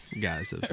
guys